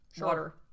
water